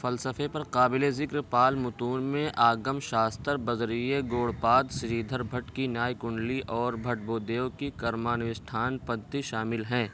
فلسفے پر قابل ذکر پال متون میں آگم شاستر بذریعہ گوڑپاد سری دھر بھٹ کی نیائے کنڈلی اور بھٹ بھودیو کی کرمانوشٹھان پدھتی شامل ہیں